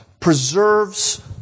preserves